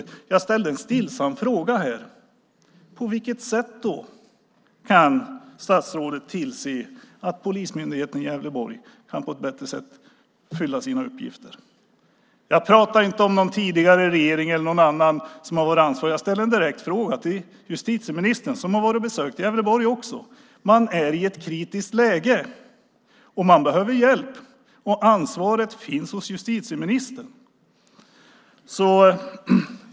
Men jag ställde stillsamt en fråga här: På vilket sätt kan statsrådet tillse att polismyndigheten i Gävleborg på ett bättre sätt kan fullgöra sina uppgifter? Jag pratar inte om någon tidigare regering eller om någon annan som varit ansvarig, utan jag ställer en direkt fråga till justitieministern som ju också besökt Gävleborg. Man är i ett kritiskt läge och behöver hjälp. Ansvaret finns hos justitieministern.